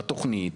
בתוכנית,